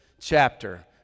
chapter